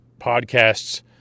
podcasts